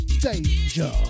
Danger